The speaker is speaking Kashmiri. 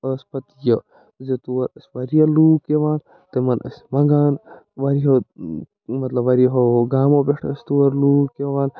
ٲسۍ پتہٕ یہِ زِ تور ٲسۍ واریاہ لوٗکھ یِوان تِمَن ٲسۍ منگان واریاہَو مطلب واریاہَو گامَو پٮ۪ٹھ ٲسۍ تور لوٗکھ یِوان